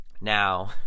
Now